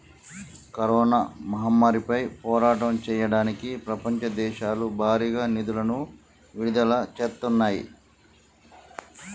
corona మహమ్మారిపై పోరాటం చెయ్యడానికి ప్రపంచ దేశాలు భారీగా నిధులను విడుదల చేత్తన్నాయి